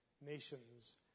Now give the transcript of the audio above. nations